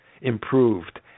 improved